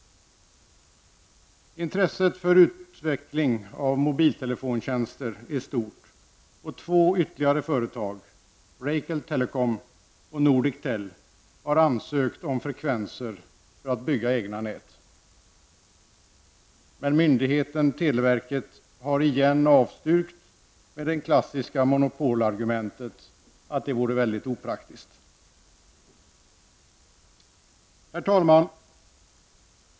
Intresset för utveckling av mobiltelefontjänster är stort, och ytterligare två företag, Racal Telecom och Nordic Tel, har ansökt om frekvenser för att bygga egna nät. Men myndigheten televerket har igen avstyrkt med det klassiska monopolargumentet att det vore mycket opraktiskt. Herr talman!